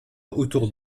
autour